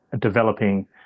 developing